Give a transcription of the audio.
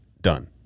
done